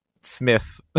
Smith